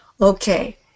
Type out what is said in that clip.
Okay